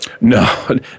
No